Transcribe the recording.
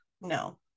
no